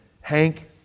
Hank